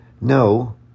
No